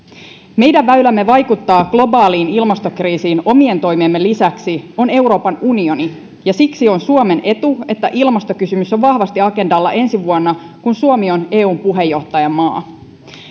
meidän väylämme vaikuttaa globaaliin ilmastokriisiin omien toimiemme lisäksi on euroopan unioni siksi on suomen etu että ilmastokysymys on vahvasti agendalla ensi vuonna kun suomi on eun puheenjohtajamaa